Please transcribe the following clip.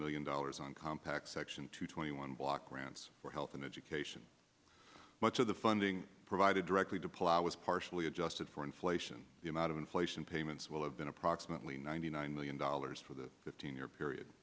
million dollars on compact section two twenty one block grants for health and education much of the funding provided directly to plough was partially adjusted for inflation the amount of inflation payments will have been approximately ninety nine million dollars for the fifteen year period